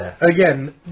Again